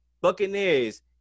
Buccaneers